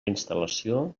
instal·lació